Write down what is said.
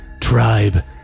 tribe